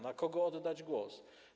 Na kogo oddać głos?